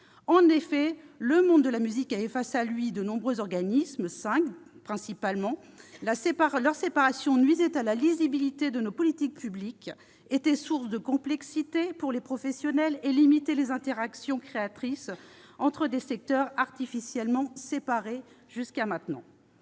En effet, le monde de la musique avait face à lui de nombreux organismes- cinq principalement. Leur séparation nuisait à la lisibilité de nos politiques publiques, était source de complexité pour les professionnels et limitait les interactions créatrices entre des secteurs jusqu'à présent artificiellement séparés. Cependant,